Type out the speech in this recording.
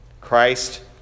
Christ